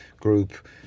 group